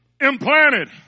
implanted